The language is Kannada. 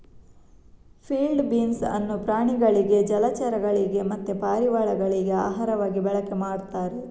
ಫೀಲ್ಡ್ ಬೀನ್ಸ್ ಅನ್ನು ಪ್ರಾಣಿಗಳಿಗೆ ಜಲಚರಗಳಿಗೆ ಮತ್ತೆ ಪಾರಿವಾಳಗಳಿಗೆ ಆಹಾರವಾಗಿ ಬಳಕೆ ಮಾಡ್ತಾರೆ